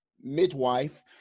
midwife